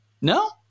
No